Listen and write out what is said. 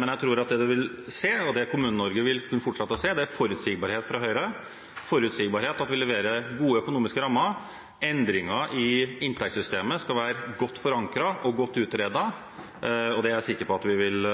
men jeg tror at det man vil se, og det Kommune-Norge vil fortsette å se, er forutsigbarhet fra Høyre – forutsigbarhet ved at vi leverer gode økonomiske rammer. Endringer i inntektssystemet skal være godt forankret og godt utredet. Det er jeg sikker på at vi vil